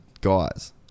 guys